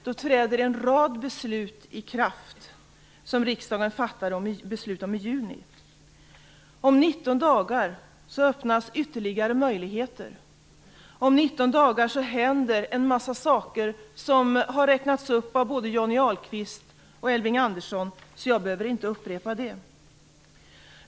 Då träder en rad beslut som i juni fattades av riksdagen i kraft. Om 19 dagar öppnas ytterligare möjligheter. Då händer en mängd saker som har räknats upp av både Johnny Ahlqvist och Elving Andersson och som jag därför inte behöver upprepa.